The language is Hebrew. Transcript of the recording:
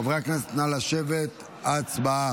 ותעבור